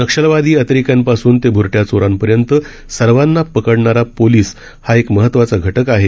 नक्षलवादी अतिरेक्यांपासून ते भूरट्या चोरांपासून सर्वांना पकडणारा पोलीस हा एक महत्वाचा घटक आहे